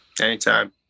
Anytime